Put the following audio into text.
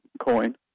coin